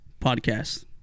podcast